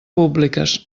públiques